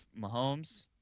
Mahomes –